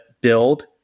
build